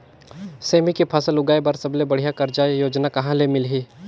सेमी के फसल उगाई बार सबले बढ़िया कर्जा योजना कहा ले मिलही?